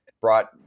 brought